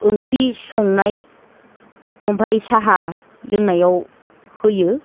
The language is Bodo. ओंख्रि संनाय ओमफ्राय साहा लोंनायाव होयो